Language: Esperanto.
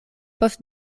post